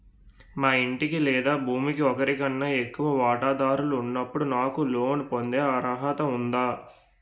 మా ఇంటికి లేదా భూమికి ఒకరికన్నా ఎక్కువ వాటాదారులు ఉన్నప్పుడు నాకు లోన్ పొందే అర్హత ఉందా?